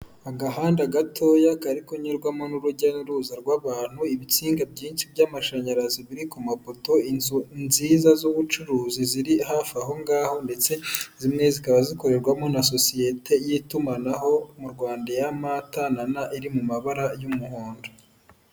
Agahanda gatoya kari kunyurwamo n'urujya n'uruza rw'abantu, ibisinga byinshi by'amashanyarazi biri ku mapoto, inzu nziza z'ubucuruzi ziri hafi aho ngaho, ndetse zimwe zikaba zikorerwamo na sosiyete y'itumanaho mu Rwanda ya MTN iri mu mabara y'umuhondo.